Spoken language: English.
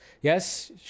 Yes